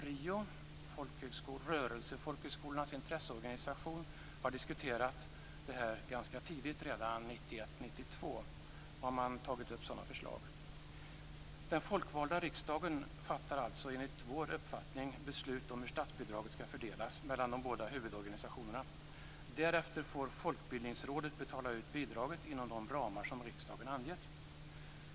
RIO, rörelsefolkhögskolornas intresseorganisation, diskuterade detta ganska tidigt. Redan 1991-1992 tog man upp sådana förslag. Den folkvalda riksdagen fattar alltså enligt vår uppfattning beslut om hur statsbidraget skall fördelas mellan de båda huvudorganisationerna. Därefter får Folkbildningsrådet betala ut bidraget inom de ramar som riksdagen har angett.